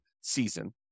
season